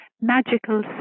magical